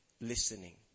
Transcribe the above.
listening